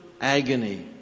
agony